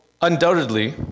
undoubtedly